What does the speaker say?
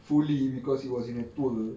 fully because it was in a tour